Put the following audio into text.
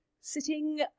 sitting